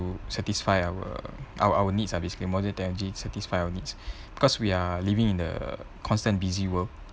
satisfy our our our needs ah basically modern technology satisfy our needs because we are living in a constant busy world